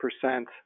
percent